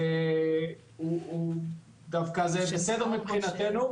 זה דווקא בסדר מבחינתנו.